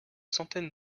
centaines